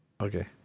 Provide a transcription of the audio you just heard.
Okay